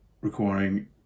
requiring